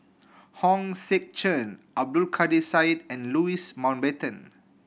Hong Sek Chern Abdul Kadir Syed and Louis Mountbatten